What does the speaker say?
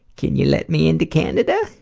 can you let me into canada?